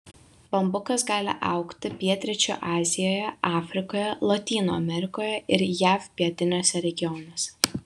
bambukas gali augti pietryčių azijoje afrikoje lotynų amerikoje ir jav pietiniuose regionuose